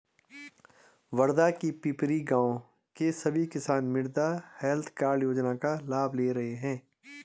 वर्धा के पिपरी गाँव के सभी किसान मृदा हैल्थ कार्ड योजना का लाभ ले रहे हैं